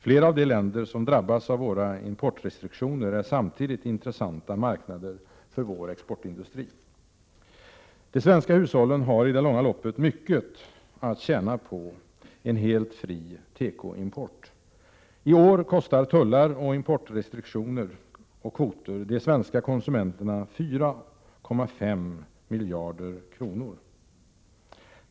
Flera av de länder som drabbas av våra importrestriktioner är samtidigt intressanta marknader för vår exportindustri. De svenska hushållen har i det långa loppet mycket att tjäna på en helt fri tekoimport. I år kostar tullar, importrestriktioner och kvoter de svenska konsumenterna 4,5 miljarder kronor.